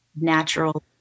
natural